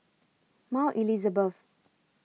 Mount Elizabeth